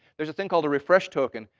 there's a thing called a refresh token.